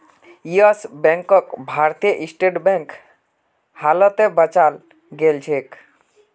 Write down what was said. yes बैंकक Bharatiya State Bank हालते बचाल गेलछेक